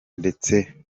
ndetse